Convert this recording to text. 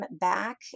back